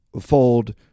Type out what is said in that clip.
fold